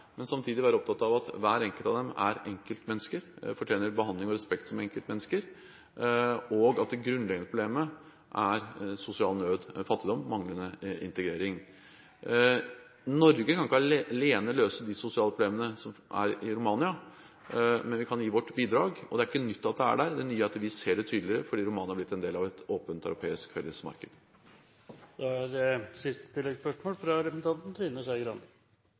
enkeltmennesker, og at det grunnleggende problemet er sosial nød, fattigdom og manglende integrering. Norge kan ikke alene løse de sosiale problemene som er i Romania, men vi kan gi vårt bidrag. Og det er ikke nytt at det er der – det nye er at vi ser det tydeligere fordi Romania er blitt en del av et åpent europeisk fellesmarked. Da er det siste oppfølgingsspørsmål – Trine Skei Grande.